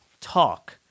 talk